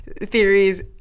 theories